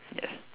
yes